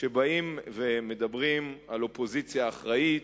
כשבאים ומדברים על אופוזיציה אחראית,